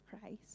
Christ